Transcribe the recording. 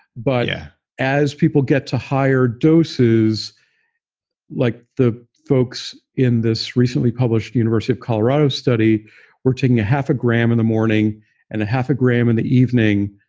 but yeah as people get to higher doses like the folks in this recently published university of colorado study who were taking a half a gram in the morning and a half a gram in the evening,